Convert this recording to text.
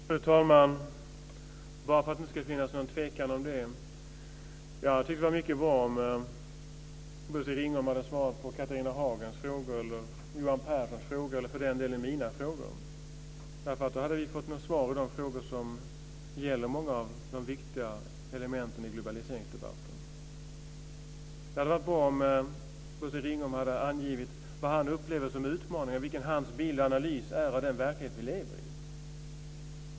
Fru talman! Bara för att det inte ska finnas någon tvekan om det: Jag tycker att det hade varit mycket bra om Bosse Ringholm hade svarat på Catharina Hagens frågor, Johan Pehrsons frågor eller för den delen mina frågor. Då hade vi fått svar i frågor som gäller många av de viktiga elementen i globaliseringsdebatten. Det hade varit bra om Bosse Ringholm hade angivit vad han upplever som utmaningar, vilken hans bild och analys är av den verklighet vi lever i.